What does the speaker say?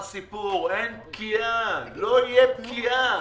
לא תהיה פקיעה.